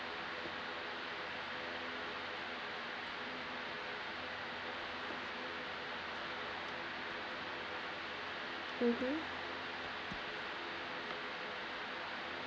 mmhmm